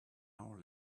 hour